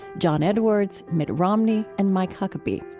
john edwards, mitt romney, and mike huckabee.